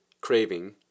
craving